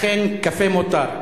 לכן קפה מותר.